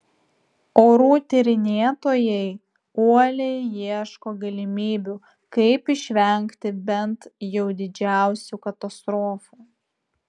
orų tyrinėtojai uoliai ieško galimybių kaip išvengti bent jau didžiausių katastrofų